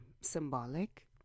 symbolic